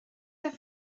der